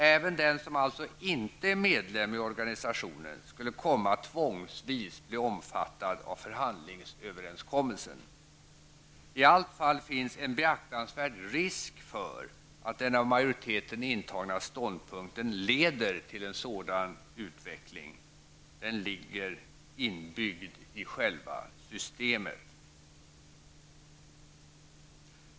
Även den som alltså inte är medlem i organisationen skulle komma att tvångsvis bli omfattad av förhandlingsöverenskommelsen. I alla fall finns det en beaktansvärd risk för att den av majoriteten intagna ståndpunkten leder till en sådan utveckling; den ligger inbyggd i själva systemet.